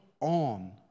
on